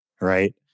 right